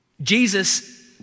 Jesus